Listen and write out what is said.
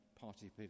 party